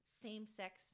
same-sex